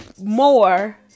more